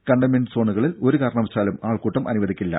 containment സോണുകളിൽ ഒരു കാരണവശാലും ആൾക്കൂട്ടം അനുവദിക്കില്ല